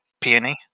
Peony